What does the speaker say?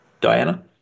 Diana